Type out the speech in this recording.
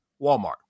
Walmart